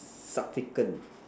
subsequent